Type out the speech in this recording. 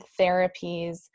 therapies